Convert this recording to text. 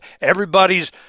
everybody's